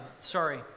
sorry